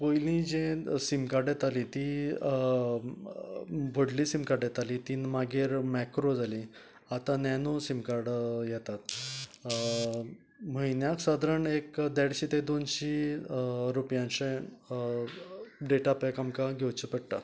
पयली जें सिमकार्ड येतालीं ती व्हडली सिमकार्ड येताली तीं मागीर मॅक्रो जालीं आता नॅनो सिमकार्ड येतात म्हयन्याक सादारण एक देडशे तें दोनशें रूपयाचे डेटा पॅक आमकां घेवचें पडटा